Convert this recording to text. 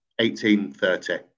1830